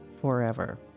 forever